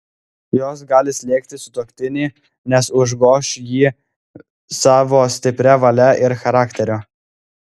jos gali slėgti sutuoktinį nes užgoš jį savo stipria valia ir charakteriu